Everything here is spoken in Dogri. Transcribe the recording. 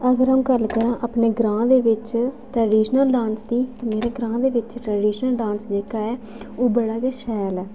अगर अं'ऊ गल्ल करां अपने ग्रांऽ दे बिच ट्रडिशनल डांस दी ते मेरे ग्रांऽ बिच ट्रडिशनल डांस जेह्का ऐ ओह् बड़ा गै शैल ऐ